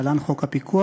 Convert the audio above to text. להלן : חוק הפיקוח.